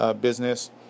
business